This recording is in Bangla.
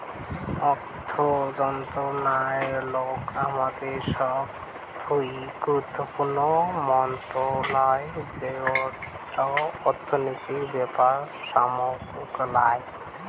অর্থ মন্ত্রণালয় হামাদের সবথুই গুরুত্বপূর্ণ মন্ত্রণালয় যেটো অর্থনীতির ব্যাপার সামলাঙ